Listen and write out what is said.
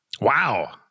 Wow